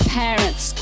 parents